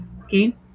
okay